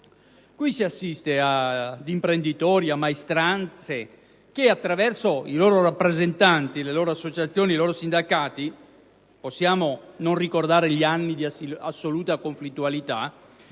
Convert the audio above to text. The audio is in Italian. Qui si assiste ad imprenditori e maestranze che, attraverso i loro rappresentanti, le loro associazioni, i loro sindacati (possiamo non ricordare gli anni di assoluta conflittualità?)